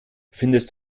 findest